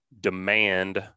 demand